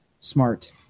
Smart